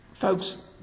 Folks